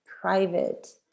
private